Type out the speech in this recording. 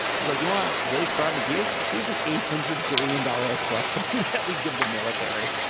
she's like you want waste fraud and abuse. here's an eight hundred billion dollar slush fund but that we give the military